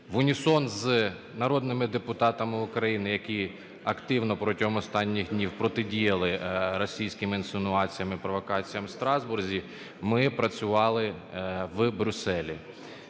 В унісон з народними депутатами України, які активно протягом останніх днів протидіяли російським інсинуаціям і провокаціям в Страсбурзі, ми працювали в Брюсселі.